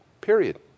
Period